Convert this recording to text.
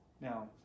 Now